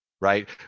Right